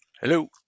Hello